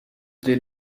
they